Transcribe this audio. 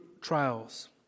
trials